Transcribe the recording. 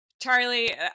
Charlie